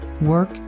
work